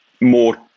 more